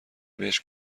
بهش